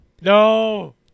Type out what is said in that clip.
No